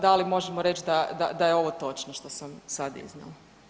Da li možemo reći da je ovo točno što sam sad iznijela?